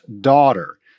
daughter